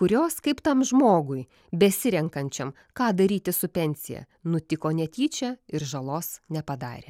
kurios kaip tam žmogui besirenkančiam ką daryti su pensija nutiko netyčia ir žalos nepadarė